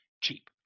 cheap